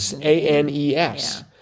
A-N-E-S